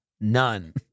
none